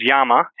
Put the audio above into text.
Yama